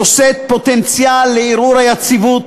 נושאת פוטנציאל לערעור היציבות